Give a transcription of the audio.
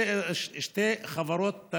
שתי חברות,